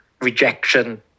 rejection